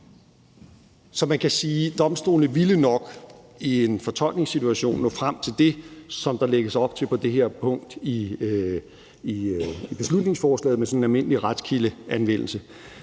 Så man kan sige, at domstolene nok i en fortolkningssituation ville nå frem til det, som der lægges op til på det her punkt i beslutningsforslaget, med sådan en almindelig retskildeanvendelse.